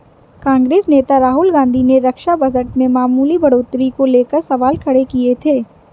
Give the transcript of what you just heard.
कांग्रेस नेता राहुल गांधी ने रक्षा बजट में मामूली बढ़ोतरी को लेकर सवाल खड़े किए थे